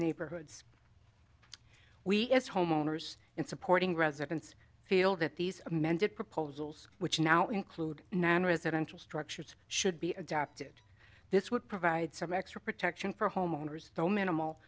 neighborhoods we as homeowners and supporting residents feel that these amended proposals which now include residential structures should be adopted this would provide some extra protection for homeowners though minimal